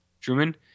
truman